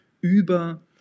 über